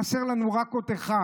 חסר לנו רק עוד אחד,